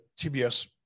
TBS